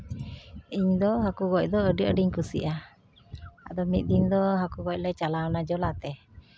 ᱤᱧᱫᱚ ᱦᱟᱹᱠᱩ ᱜᱚᱡ ᱫᱚ ᱟᱹᱰᱤ ᱟᱸᱴᱤᱧ ᱠᱩᱥᱤᱭᱟᱜᱼᱟ ᱟᱫᱚ ᱢᱤᱫ ᱫᱤᱱ ᱫᱚ ᱦᱟᱹᱠᱩ ᱜᱚᱡ ᱞᱮ ᱪᱟᱞᱟᱣ ᱮᱱᱟ ᱡᱚᱞᱟᱛᱮ